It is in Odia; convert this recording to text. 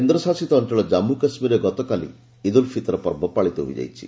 କେନ୍ଦ୍ରଶାସିତ ଅଞ୍ଚଳ ଜନ୍ମୁ କାଶ୍ମୀରରେ ଗତକାଲି ଇଦ୍ ଉଲ୍ ଫିତର୍ ପର୍ବ ପାଳିତ ହୋଇଯାଇଛି